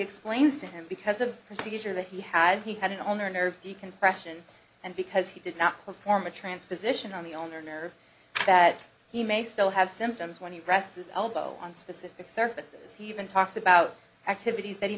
explains to him because of procedure that he had he had an owner nerve decompression and because he did not perform a transposition on the on their nerves that he may still have symptoms when you presses elbow on specific surfaces he even talks about activities that he